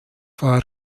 war